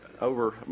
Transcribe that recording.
over